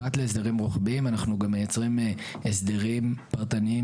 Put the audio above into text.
פרט להסדרים רוחביים אנחנו גם מייצרים הסדרים פרטניים